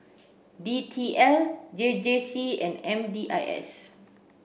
D T L J J C and M D I S